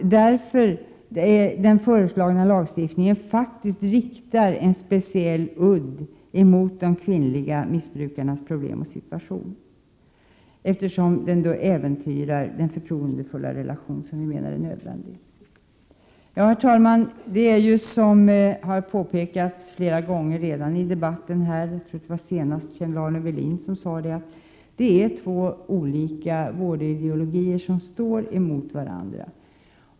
Den föreslagna lagstiftningen riktar en speciell udd mot de kvinnliga missbrukarnas problem och deras situation, eftersom den äventyrar den förtroendefulla relation som vi menar är nödvändig. Herr talman! Som redan har påpekats flera gånger i debatten här — jag tror att det senast var Kjell-Arne Welin som sade det — är det två olika vårdideologier som står emot varandra.